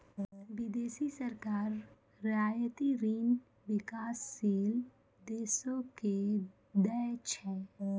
बिदेसी सरकार रियायती ऋण बिकासशील देसो के दै छै